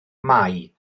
mae